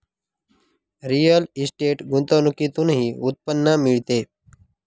real estate गुंतवणुकीतूनही उत्पन्न मिळते